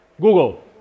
Google